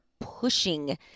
pushing